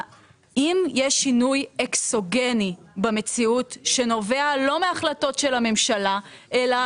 אם יש שינוי אקסוגני במציאות שנובע לא מהחלטות של הממשלה אלא